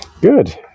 good